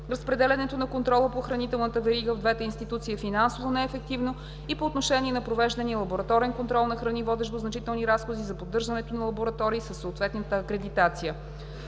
Разпределянето на контрола по хранителната верига в двете институции е финансово неефективно и по отношение на провеждания лабораторен контрол на храни, водещ до значителни разходи за поддържането на лаборатории със съответната акредитация.